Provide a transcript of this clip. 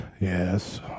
Yes